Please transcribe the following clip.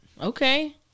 Okay